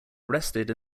arrested